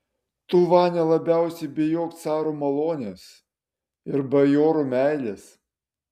tu vania labiausiai bijok caro malonės ir bajorų meilės